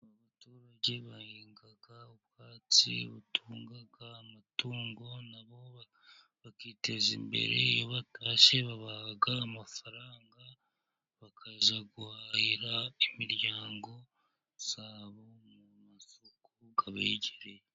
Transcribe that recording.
Abaturage bahinga ubwatsi butunga amatungo nabo bakiteza imbere, iyo batashye babaha amafaranga bakajya guhahirira imiryango yabo, mu masoko abegereye.